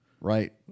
Right